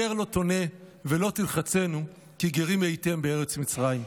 "וגר לא תונה ולא תלחצנו כי גרים הייתם בארץ מצרים".